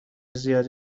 زیاد